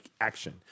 action